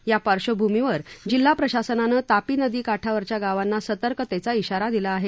या पार्श्वभूमीवर जिल्हा प्रशासनानं तापी नदी काठावरच्या गावांना सर्तकतेचा श्राारा दिला आहे